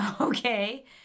Okay